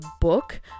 book